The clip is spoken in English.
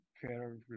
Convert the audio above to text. Fair